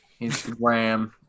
Instagram